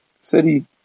city